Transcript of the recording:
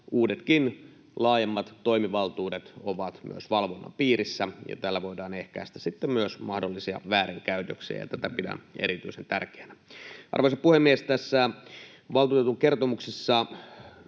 uudetkin, laajemmat toimivaltuudet ovat myös valvonnan piirissä, ja tällä voidaan myös ehkäistä mahdollisia väärinkäytöksiä, ja tätä pidän erityisen tärkeänä. Arvoisa puhemies! Tässä valtuutetun kertomuksessa